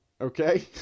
okay